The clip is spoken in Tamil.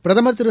பிரதமர்திரு